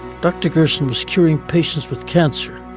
dr. gerson was curing patients with cancer,